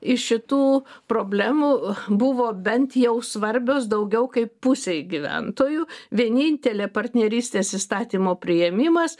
iš šitų problemų buvo bent jau svarbios daugiau kaip pusei gyventojų vienintelė partnerystės įstatymo priėmimas